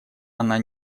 она